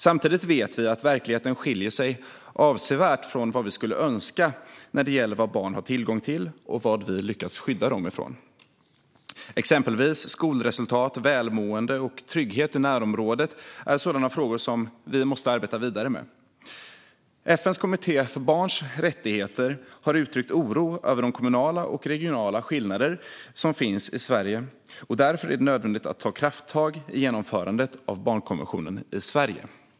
Samtidigt vet vi att verkligheten skiljer sig avsevärt från vad vi skulle önska när det gäller vad barn har tillgång till och vad vi lyckas skydda dem ifrån. Exempelvis skolresultat, välmående och trygghet i närområdet är sådana frågor som vi måste arbeta vidare med. FN:s kommitté för barns rättigheter har uttryckt oro över de kommunala och regionala skillnader som finns i Sverige. Därför är det nödvändigt att ta krafttag i genomförandet av barnkonventionen i Sverige.